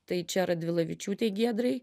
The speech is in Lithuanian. tai čia radvilavičiūtei giedrei